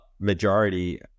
majority